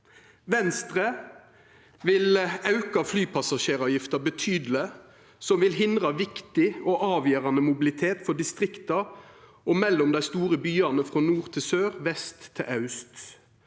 Venstre vil auka flypassasjeravgifta betydeleg, noko som vil hindra viktig og avgjerande mobilitet for distrikta og mellom dei store byane, frå nord til sør og vest til aust.